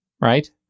right